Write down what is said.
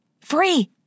Free